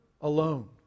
alone